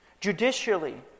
Judicially